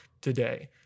today